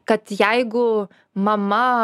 kad jeigu mama